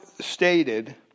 stated